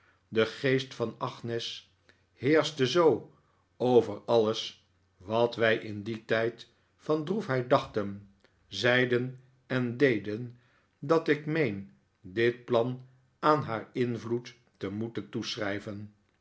de geest van agnes heerschte zoo over alles wat wij in dien tijd van droefheid dachten zeiden en deden dat ik meen dit plan aan haar invloed te moeten